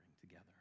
together